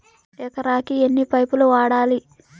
ఎకరాకి ఎన్ని పైపులు వాడాలి?